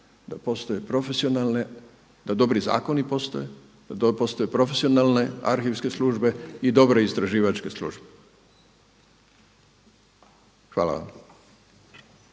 da postoje profesionalne, da dobri zakoni postoje, da postoje profesionalne arhivske službe i dobre istraživačke službe. Hvala vam.